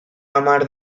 hamar